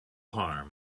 harm